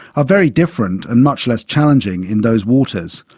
ah very different and much less challenging in those waters.